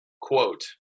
quote